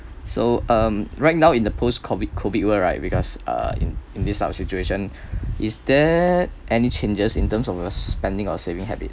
so um right now in the post COVID COVID world right because uh in in this type of situation is there any changes in terms of your spending or saving habit